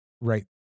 right